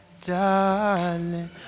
darling